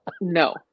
No